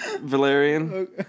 Valerian